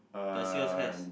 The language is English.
does yours has